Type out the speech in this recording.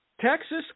Texas